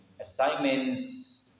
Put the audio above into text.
assignments